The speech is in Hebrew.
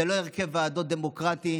זה לא הרכב ועדות דמוקרטי,